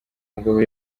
mugabo